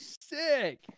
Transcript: sick